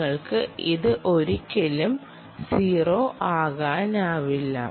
നിങ്ങൾക്ക് ഇത് ഒരിക്കലും 0 ആക്കാനാവില്ല